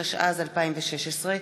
התשע"ז 2016,